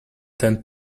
tend